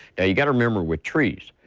you've got to remember with trees,